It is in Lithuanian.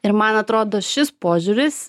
ir man atrodo šis požiūris